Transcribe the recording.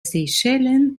seychellen